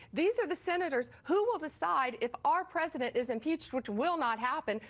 these are the senators, who will decide if our president is impeached, which will not happen,